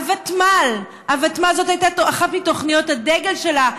הוותמ"ל, זו הייתה אחת מתוכניות הדגל שלה.